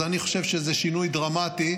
אז אני חושב שזה שינוי דרמטי,